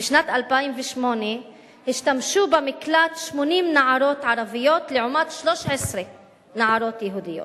בשנת 2008 השתמשו במקלט 80 נערות ערביות לעומת 13 נערות יהודיות.